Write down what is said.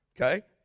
Okay